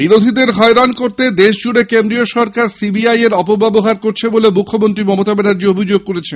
বিরোধীদের হয়রান করতে দেশজুড়ে কেন্দ্রীয় সরকার সিবিআই এর অপব্যবহার করছে বলে মুখ্যমন্ত্রী মমতা ব্যানার্জী অভিযোগ করেছেন